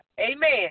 Amen